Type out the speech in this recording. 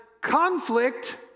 conflict